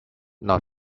not